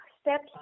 steps